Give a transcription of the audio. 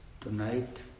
Tonight